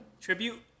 tribute